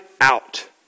out